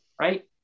right